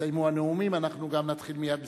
יסתיימו הנאומים אנחנו גם נתחיל מייד בסדר-היום.